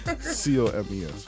C-O-M-E-S